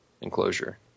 enclosure